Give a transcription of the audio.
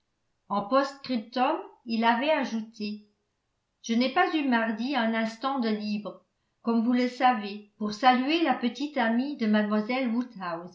en post-scriptum il avait ajouté je n'ai pas eu mardi un instant de libre comme vous le savez pour saluer la petite amie de